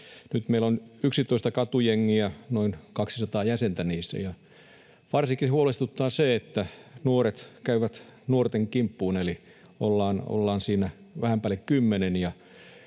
Nyt meillä on 11 katujengiä, noin 200 jäsentä niissä, ja varsinkin huolestuttaa se, että nuoret käyvät nuorten kimppuun, eli ollaan siinä vähän päälle